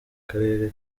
karere